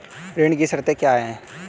ऋण की शर्तें क्या हैं?